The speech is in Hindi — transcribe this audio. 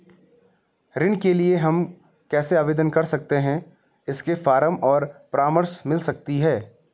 ऋण के लिए हम कैसे आवेदन कर सकते हैं इसके फॉर्म और परामर्श मिल सकती है?